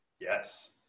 Yes